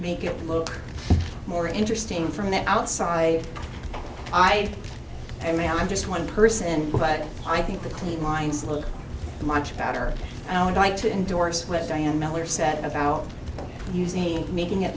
make it look more interesting from the outside i mean i'm just one person but i think the clean lines look much better and i would like to endorse what diane miller said about using making it